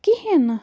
کِہیٖنۍ نہٕ